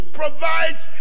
provides